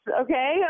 okay